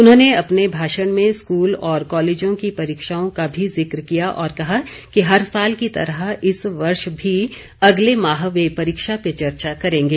उन्होंने अपने भाषण में स्कूल और कॉलेजों की परीक्षाओं का भी ज़िक्र किया और कहा कि हर साल की तरह इस वर्ष भी अगले माह वे परीक्षा पे चर्चा करेंगे